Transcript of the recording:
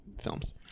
films